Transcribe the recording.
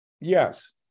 Yes